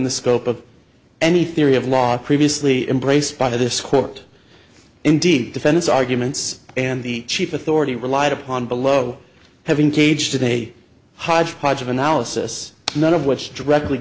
the scope of any theory of law previously embraced by this court indeed defense arguments and the chief authority relied upon below having cage today hodgepodge of analysis none of which directly